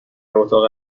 اتاق